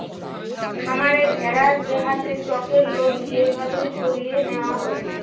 খামারে ভেড়ার দেহাতে চকের লোম যে ভাবে সরিয়ে নেওয়া হই